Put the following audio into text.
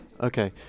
Okay